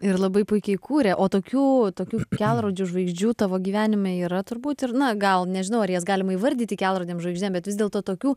ir labai puikiai kūrė o tokių tokių kelrodžių žvaigždžių tavo gyvenime yra turbūt ir na gal nežinau ar jas galima įvardyti kelrodėm žvaigždėm bet vis dėlto tokių